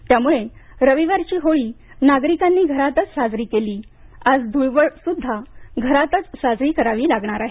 त्यामुळे रविवारीची होळी नागरिकांनी घरातच साजरी केली आज ध्रळवड सुद्धा घरातच साजरी करावी लागणार आहे